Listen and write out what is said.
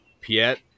Piet